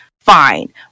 fine